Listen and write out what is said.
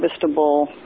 harvestable